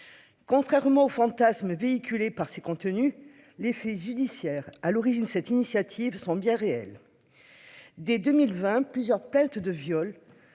Contrairement aux fantasmes véhiculés par ces contenus. Les faits judiciaires à l'origine de cette initiative sont bien réelles. Dès 2020, plusieurs tests de viol.